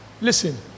Listen